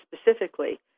specifically